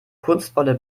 kunstvolle